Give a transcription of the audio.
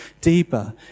deeper